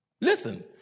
Listen